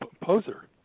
poser